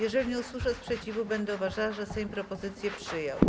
Jeżeli nie usłyszę sprzeciwu, będę uważała, że Sejm propozycję przyjął.